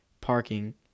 parking